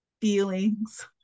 feelings